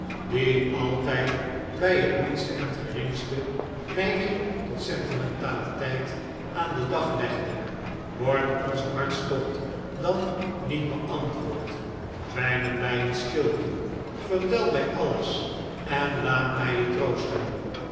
die altijd bij het minste en geringste neiging tot sentimentaliteit aan den dag legde wordt onze hartstocht dan niet beantwoordt kwijnen wij in stilte vertel mij alles en laat mij je troosten